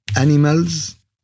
Animals